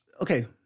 okay